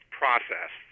process